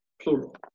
plural